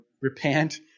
repent